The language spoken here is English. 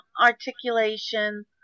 articulation